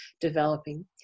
developing